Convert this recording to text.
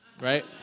right